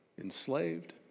enslaved